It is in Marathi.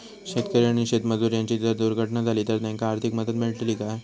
शेतकरी आणि शेतमजूर यांची जर दुर्घटना झाली तर त्यांका आर्थिक मदत मिळतली काय?